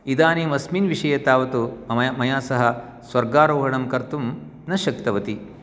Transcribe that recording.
इदानीम् अस्मिन् विषये तावत् मया सह स्वर्गारोहणं कर्तुं न शक्तवती